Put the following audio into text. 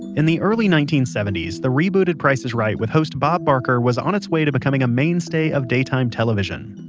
in the early nineteen seventy s, the re-booted price is right with host bob barker was on its way to becoming a mainstay of daytime television.